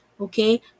okay